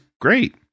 great